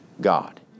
God